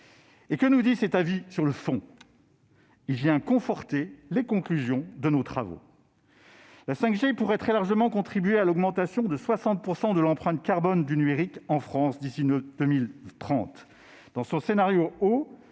documentées. Par ailleurs, sur le fond, cet avis conforte les conclusions de nos travaux. La 5G pourrait très largement contribuer à l'augmentation de 60 % de l'empreinte carbone du numérique en France d'ici à 2030. Dans son scénario « haut